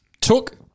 Took